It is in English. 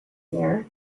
year